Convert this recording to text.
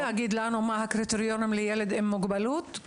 מה הקריטריונים לילד עם מוגבלות?